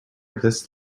this